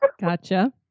Gotcha